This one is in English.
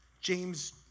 James